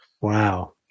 wow